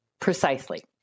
Precisely